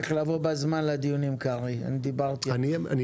אתה צריך לבוא בזמן לדיונים, קרעי.